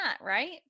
right